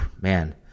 man